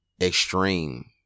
extreme